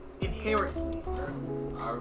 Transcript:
Inherently